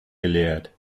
gelehrt